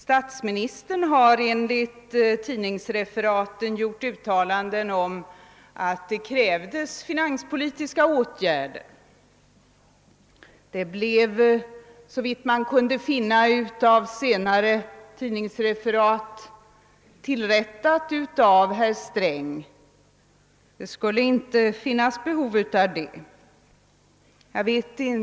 Statsministern har enligt tidningsreferat gjort uttalanden om att det krävdes finanspolitiska åtgärder. Detta blev såvitt man kunde finna av senare tidningsreferat tilirättat av herr Sträng; det skulle inte finnas behov av finanspolitiska åtgärder.